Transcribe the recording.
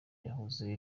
yahoze